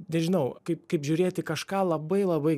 nežinau kaip kaip žiūrėt į kažką labai labai